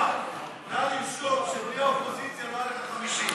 התשע"ח 2018, לוועדת הכספים נתקבלה.